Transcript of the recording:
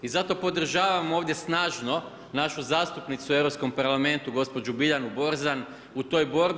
I zato podržavam ovdje snažno našu zastupnicu u Europskom parlamentu gospođu Biljanu Borzan u toj borbi.